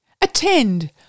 Attend